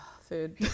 Food